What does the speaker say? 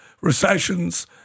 recessions